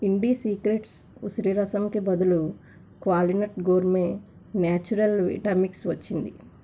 ఇండి secrets ఉసిరి రసంకి బదులు Qualinut gourmet natural vita mix వచ్చింది